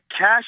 Cash